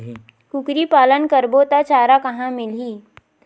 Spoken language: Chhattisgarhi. कुकरी पालन करबो त चारा कहां मिलही?